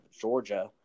Georgia